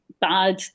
bad